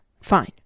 fine